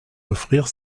offrir